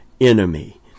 enemy